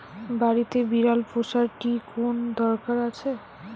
বাড়িতে বিড়াল পোষার কি কোন দরকার আছে?